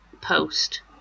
post